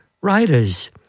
writers